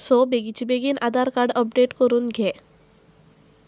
so बेगीचे बेगीन Aadhaar card update करून घे